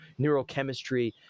neurochemistry